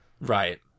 right